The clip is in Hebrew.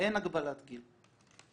אין הגבלת גיל,